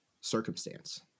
circumstance